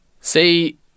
See